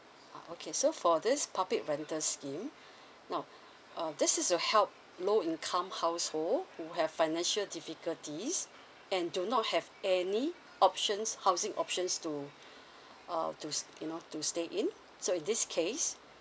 ah okay so for this public rental scheme now uh this is to help low income household who have financial difficulties and do not have any options housing options to uh to s~ you know to stay in so in this case